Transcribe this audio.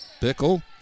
Bickle